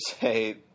say